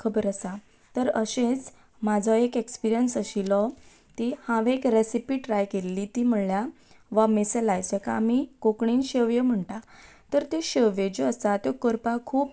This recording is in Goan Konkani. खबर आसा तर अशेंच म्हजो एक एक्सपिरियन्स आशिल्लो की हांव एक रॅसिपी ट्राय केल्ली ती म्हणल्यार वॉमेसेलाय जाका आमी कोंकणींत शेव्यो म्हणटात तर त्यो शेव्यो ज्यो आसा त्यो करपाक खूब